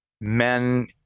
men